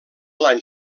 l’any